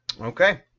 Okay